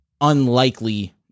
unlikely